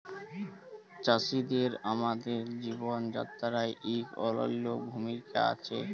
চাষীদের আমাদের জীবল যাত্রায় ইক অলল্য ভূমিকা আছে